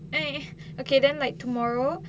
eh okay then like tomorrow